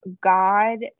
God